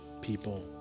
people